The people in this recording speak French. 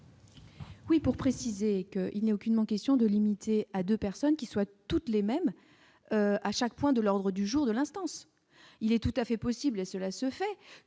Oui, pour préciser qu'il n'est aucunement question de limiter à 2 personnes qui souhaitent toutes les mêmes à chaque point de l'ordre du jour de l'instance, il est tout à fait possible et cela se fait